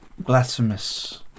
Blasphemous